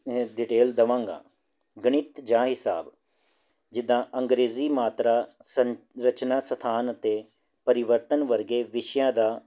detail ਦੇਵਾਂਗਾ ਗਣਿਤ ਜਾਂ ਹਿਸਾਬ ਜਿੱਦਾਂ ਅੰਗਰੇਜ਼ੀ ਮਾਤਰਾ ਸੰਰਚਨਾ ਸਥਾਨ ਅਤੇ ਪਰਿਵਰਤਨ ਵਰਗੇ ਵਿਸ਼ਿਆਂ ਦਾ